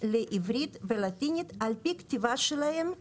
לעברית ולטינית על פי הכתיבה שלהם בערבית.